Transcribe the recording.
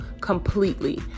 completely